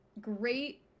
great